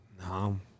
No